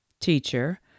Teacher